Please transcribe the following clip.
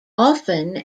often